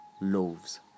loaves